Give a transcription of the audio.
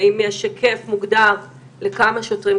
האם יש היקף מוגדר לכמה שוטרים,